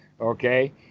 okay